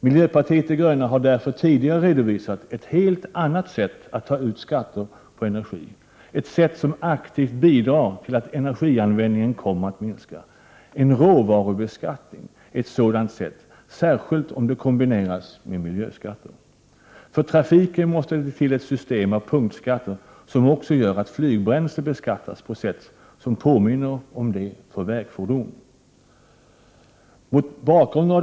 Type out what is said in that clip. Miljöpartiet de gröna har därför tidigare redovisat ett helt annat sätt att ta ut skatter på energi — ett sätt som aktivt bidrar till att energianvändningen kommer att minska. En råvarubeskattning är ett sådant sätt, särskilt om det kombineras med miljöskatter. För trafiken måste det till ett system av Prot. 1988/89:119 punktskatter som också gör att flygbränsle beskattas på ett sätt som påminner 23 maj 1989 om det för vägfordon.